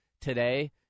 today